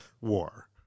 war